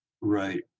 right